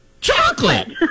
Chocolate